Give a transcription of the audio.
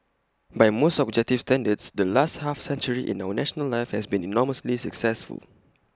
by most objective standards the last half century in our national life has been enormously successful